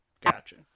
Gotcha